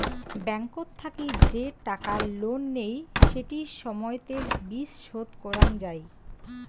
ব্যাংকত থাকি যে টাকা লোন নেই সেটি সময়তের বিচ শোধ করং যাই